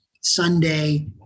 Sunday